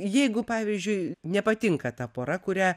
jeigu pavyzdžiui nepatinka ta pora kurią